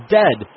dead